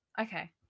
Okay